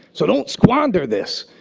so don't squander this!